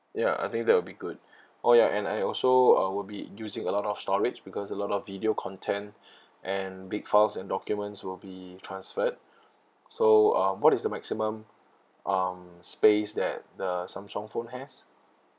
ya I think that will be good oh ya and I also uh will be using a lot of storage because a lot of video content and big files and documents will be transferred so um what is the maximum um space that the samsung phone has